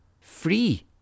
Free